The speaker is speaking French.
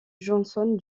johnson